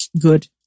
Good